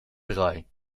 drei